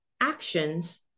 actions